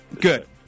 Good